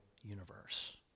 universe